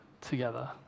together